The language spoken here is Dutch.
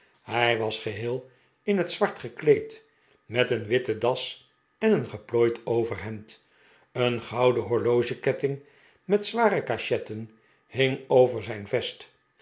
hij was geheel in het zwart gekleed met een witte das en een geplooid overhemd een gouden horlogeketting met zware cachetten hing over zijn vest